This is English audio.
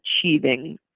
achieving